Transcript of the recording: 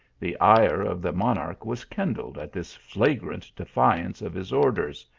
the ire of the monarch was kindled at this fla grant defiance of his orders,